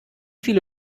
viele